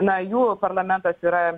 na jų parlamentas yra